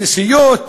כנסיות,